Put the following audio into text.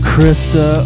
Krista